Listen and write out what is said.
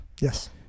Yes